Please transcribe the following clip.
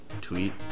Tweet